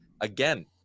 Again